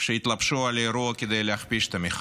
שהתלבשו על האירוע כדי להכפיש את המחאה.